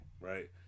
right